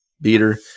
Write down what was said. Beater